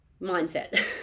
mindset